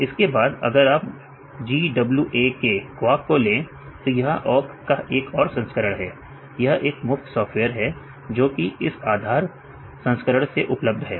इसके बाद अगर आप GWAK को लें तो यह ओक का एक और संस्करण है यह एक मुफ्त सॉफ्टवेयर है जो कि इस आधार संस्करण से उपलब्ध है